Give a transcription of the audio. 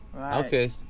Okay